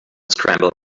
scrambled